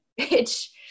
bitch